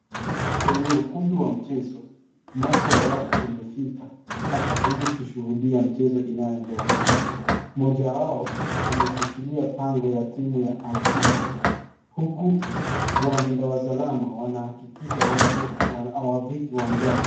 Kwenye ukumbi wa mchezo umati wa watu umefika hapa ili kushuhudia mchezo inayoendelea. Mmoja wao ameshikilia bango ya timu ya Alziza huku walinda usalama wanahakikisha watu hawafiki uwanjani.